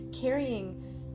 carrying